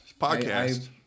podcast